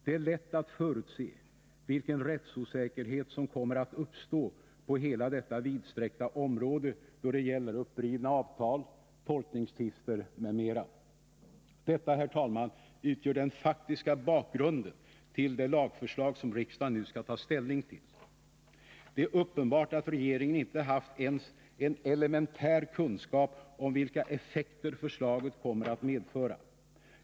Det är lätt att förutse vilken rättsosäkerhet som kommer att uppstå på hela detta vidsträckta område då det gäller upprivna avtal, tolkningstvister m.m. Detta, herr talman, utgör den faktiska bakgrunden till det lagförslag som riksdagen nu skall ta ställning till. Det är uppenbart att regeringen inte haft ens en elementär kunskap om vilka effekter förslaget kommer att medföra.